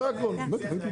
זה הכל.